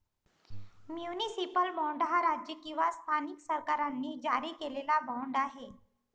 municipal bond हा राज्य किंवा स्थानिक सरकारांनी जारी केलेला बाँड आहे